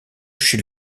chez